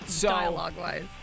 dialogue-wise